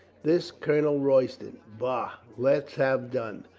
this colonel royston. bah! let's have done.